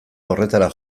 horretara